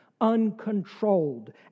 uncontrolled